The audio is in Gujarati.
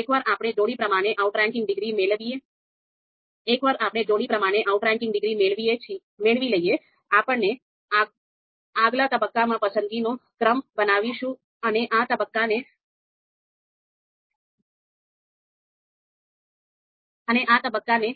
એકવાર આપણે જોડી પ્રમાણે આઉટરેન્કિંગ ડિગ્રી મેળવી લઈએ આપણે આગલા તબક્કામાં પસંદગીનો ક્રમ બનાવીશું અને આ તબક્કાને